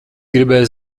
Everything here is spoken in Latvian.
gribēja